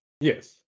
Yes